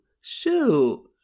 shoot